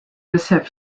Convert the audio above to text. bisher